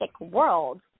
world